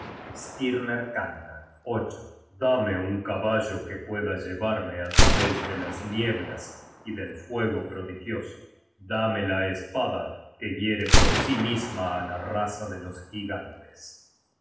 skirner canta dame un caballo que pueda llevarme á través de las nieblas y del fuego prodigioso dame la espada que hiere por sí misma á la raza de los gigantes